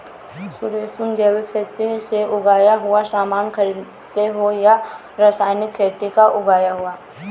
सुरेश, तुम जैविक खेती से उगाया हुआ सामान खरीदते हो या रासायनिक खेती का उगाया हुआ?